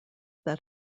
that